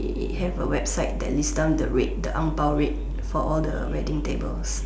have a website that list down the rate the ang-bao rate for all the wedding tables